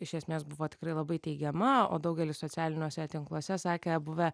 iš esmės buvo tikrai labai teigiama o daugelis socialiniuose tinkluose sakė buvę